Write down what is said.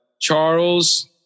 Charles